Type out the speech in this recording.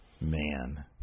Man